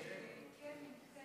כן, נמצאת.